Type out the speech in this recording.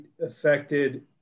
affected